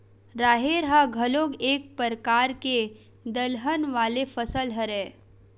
राहेर ह घलोक एक परकार के दलहन वाले फसल हरय